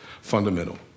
fundamental